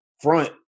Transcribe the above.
front